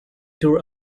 tour